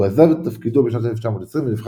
הוא עזב את תפקידו בשנת 1920 ונבחר